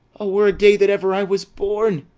o weraday that ever i was born!